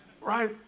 Right